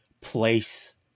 place